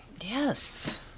Yes